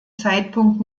zeitpunkt